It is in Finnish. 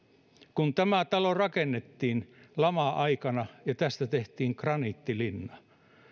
tämä talo rakennettiin lama aikana ja tästä tehtiin graniittilinna